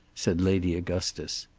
said lady augustus.